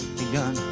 begun